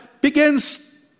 begins